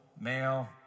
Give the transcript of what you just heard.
male